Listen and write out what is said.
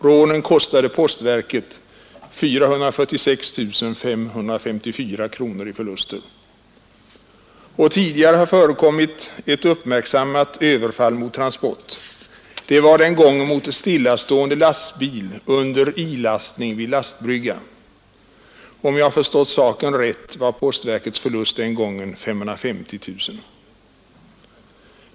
Rånen kostade postverket 446 554 kronor i förluster. Och tidigare har förekommit ett uppmärksammat överfall mot transport. Det var den gången mot en stillastående lastbil under ilastning vid lastbrygga. Om jag förstått saken rätt, var postverkets förlust den gången 550 000 kronor.